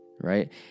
right